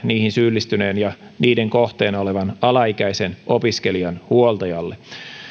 niihin syyllistyneen ja niiden kohteena olevan alaikäisen opiskelijan huoltajalle